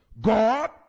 God